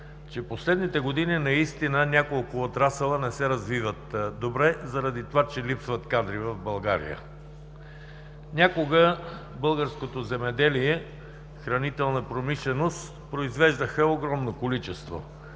че последните години няколко отрасъла не се развиват добре заради това, че липсват кадри в България. Някога българското земеделие и хранителната промишленост произвеждаха огромно количество.